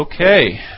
Okay